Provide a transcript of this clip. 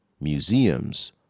museums